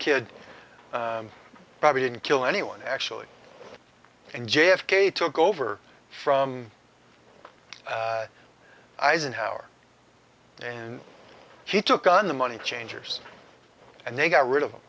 kid probably didn't kill anyone actually and j f k took over from eisenhower and he took on the money changers and they got rid of them